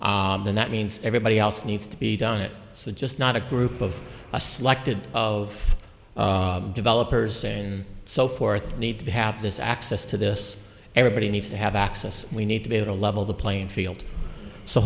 then that means everybody else needs to be done it so just not a group of a selected of developers and so forth need to have this access to this everybody needs to have access we need to be able to level the playing field so